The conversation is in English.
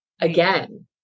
again